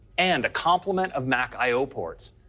and a complement of mac i o ports.